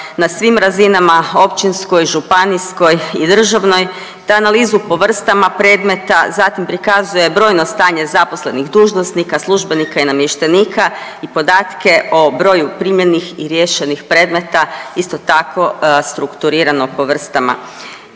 na svim razinama, općinskoj, županijskoj i državnoj te analizu po vrstama predmeta, zatim prikazuje brojno stanje zaposlenih dužnosnika, službenika i namještenika i podatke o broju primljenih i riješenih predmeta, isto tako, strukturirano po vrstama.